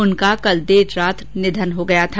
उनका कल देर रात निधन हो गया था